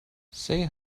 say